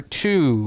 two